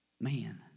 Man